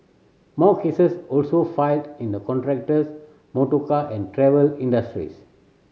more cases also filed in the contractors motorcar and travel industries